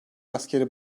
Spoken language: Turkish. askeri